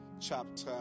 chapter